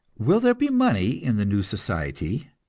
will there be money in the new society,